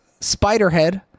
Spiderhead